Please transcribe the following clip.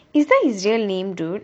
is that his real name dude